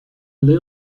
little